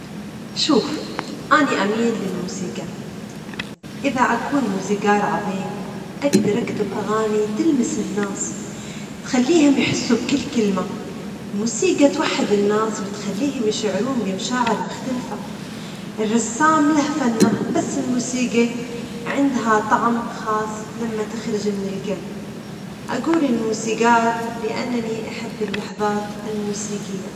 شوف، أني أميل للموسيقى، إذا أكون موسيجار عظيم، أجدر أكتب أغاني تلمس الناس وتخليهم يحسوا بكل كلمة، الموسيجى توحد الناس وتخليهم يشعرون بمشاعر مختلفة، الرسام له فنه، بس الموسيجى عندها طعم خاص لما تخرج من الجلب، أجول موسيجار لأنني أحب اللحظات الموسيجية.